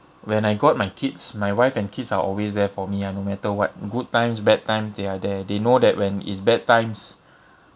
when I got my kids my wife and kids are always there for me ah no matter what good times bad times they are there they know that when it's bad times